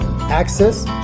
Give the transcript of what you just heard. access